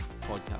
podcast